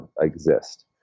exist